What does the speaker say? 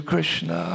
Krishna